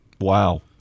Wow